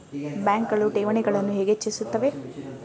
ಬ್ಯಾಂಕುಗಳು ಠೇವಣಿಗಳನ್ನು ಹೇಗೆ ಹೆಚ್ಚಿಸುತ್ತವೆ?